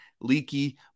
Leaky